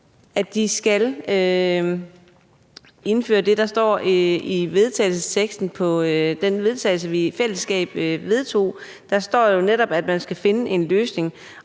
at de skal indføre det, der står i det forslag til vedtagelse, vi i fællesskab vedtog? Der står netop, at man skal finde en løsning.